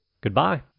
Goodbye